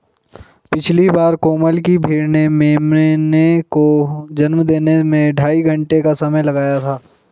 पिछली बार कोमल की भेड़ ने मेमने को जन्म देने में ढाई घंटे का समय लगाया था